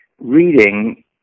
reading